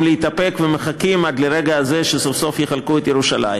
להתאפק ומחכים עד לרגע שסוף-סוף יחלקו את ירושלים.